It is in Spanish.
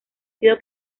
sido